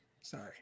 Sorry